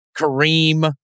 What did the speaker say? Kareem